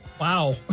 Wow